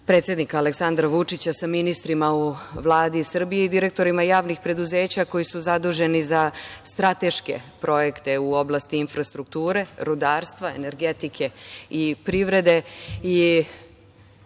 predsednika Aleksandra Vučića sa ministrima u Vladi Srbije i direktorima javnih preduzeća koji su zaduženi za strateške projekte u oblasti infrastrukture, rudarstva, energetike i privrede.